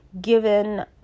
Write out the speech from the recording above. given